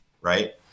right